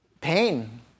pain